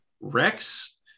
Rex